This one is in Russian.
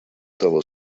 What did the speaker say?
того